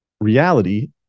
reality